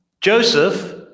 Joseph